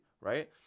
right